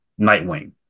Nightwing